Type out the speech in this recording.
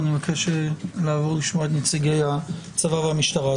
כי אני מבקש לעבור לשמוע את נציגי הצבא והמשטרה.